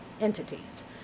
entities